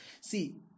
See